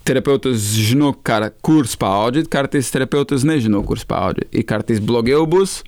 terapeutas žino ką kur spaudyt kartais terapeutas na žino kur spaudyt kartais blogiau bus